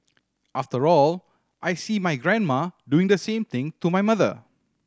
after all I see my grandma doing the same thing to my mother